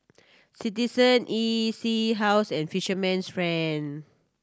Citizen E C House and Fisherman's Friend